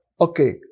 Okay